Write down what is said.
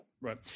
Right